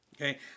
Okay